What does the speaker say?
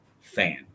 fan